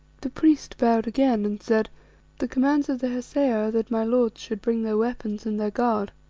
the priest bowed again and said the commands of the hesea are that my lords should bring their weapons and their guard.